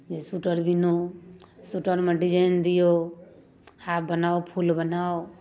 जे स्वेटर बीनू स्वेटरमे डिजाइन दियौ हाफ बनाउ फुल बनाउ